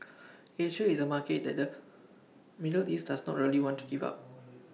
Asia is A market that the middle east does not really want to give up